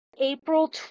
April